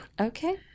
Okay